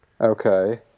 Okay